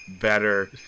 better